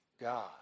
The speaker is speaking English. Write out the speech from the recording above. God